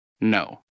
no